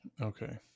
okay